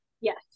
Yes